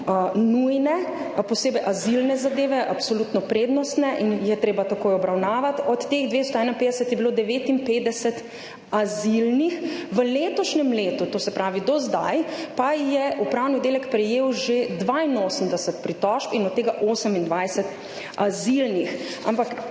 nujne, posebej azilne zadeve absolutno prednostne in jih je treba takoj obravnavati. Od teh 251 jih je bilo 59 azilnih. V letošnjem letu, to se pravi do zdaj, pa je upravni oddelek prejel že 82 pritožb in od tega 28 azilnih. Ampak